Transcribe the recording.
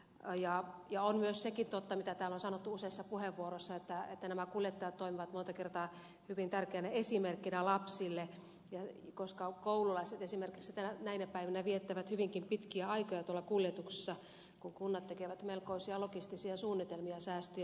on myös sekin totta mitä täällä on sanottu useissa puheenvuoroissa että nämä kuljettajat toimivat monta kertaa hyvin tärkeänä esimerkkinä lapsille koska koululaiset esimerkiksi näinä päivinä viettävät hyvinkin pitkiä aikoja tuolla kuljetuksessa kun kunnat tekevät melkoisia logistisia suunnitelmia säästöjen merkeissä